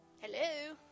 hello